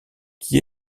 qui